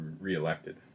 reelected